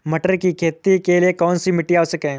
मटर की खेती के लिए कौन सी मिट्टी आवश्यक है?